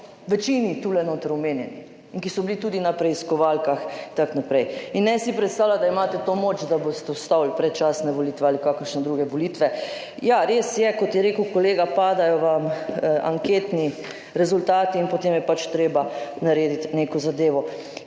večini tule noter omenjeni, in ki so bili tudi na preiskovalkah, itn. In ne si predstavljati, da imate to moč, da boste ustavili predčasne volitve ali kakšne druge volitve. Ja, res je, kot je rekel kolega, padajo vam anketni rezultati in potem je treba narediti neko zadevo.